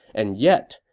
and yet,